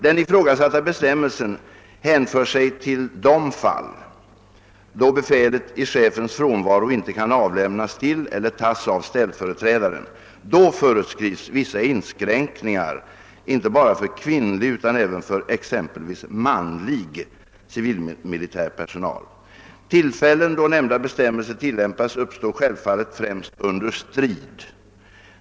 Den ifrågasatta bestämmelsen hänför sig till de fall, då befälet i chefens från varo inte kan avlämnas till — eller tas av — ställföreträdaren. Då föreskrivs vissa inskränkningar inte bara för kvinnlig utan även för exempelvis manlig civilmilitär personal. Tillfällen då nämnda bestämmelse tillämpas uppstår självfallet främst under strid.